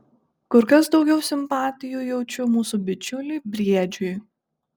kur kas daugiau simpatijų jaučiu mūsų bičiuliui briedžiui